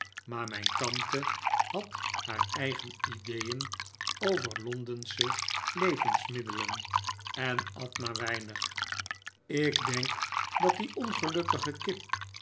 maar mijn tante had haar eigen ideeen over londensche levensmiddelen en at maar weinig ik denk dat die ongelukkige kip